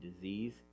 disease